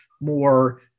more